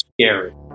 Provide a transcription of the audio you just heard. scary